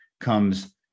comes